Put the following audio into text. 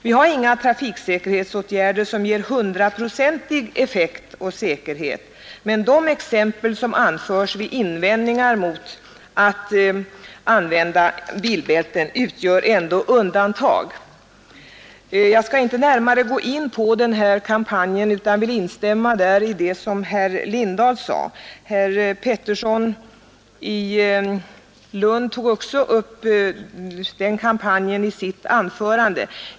Vi har inga trafiksäkerhetsåtgärder som ger hundraprocentig effekt och säkerhet, men de exempel som anförs vid invändningar mot användandet av bilbälten utgör ändå undantag. Jag skall inte närmare gå in på kampanjen utan vill bara instämma i vad herr Lindahl sade. Herr Pettersson i Lund tog också upp kampanjen.